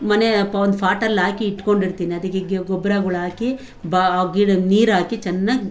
ಮನೆಯ ಪೊ ಒಂದು ಫಾಟಲ್ಲಿ ಹಾಕಿ ಇಟ್ಕೊಂಡು ಇರ್ತೀನಿ ಅದಕ್ಕೀಗ ಗೊಬ್ಬರಗಳು ಹಾಕಿ ಬಾ ಗಿಡಕ್ಕೆ ನೀರು ಹಾಕಿ ಚೆನ್ನಾಗಿ